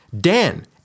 Dan